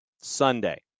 Sunday